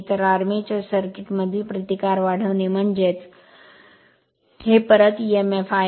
तर armature circuit मधील प्रतिकार वाढविणे म्हणजे हे परत emf आहे